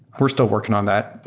we're still working on that.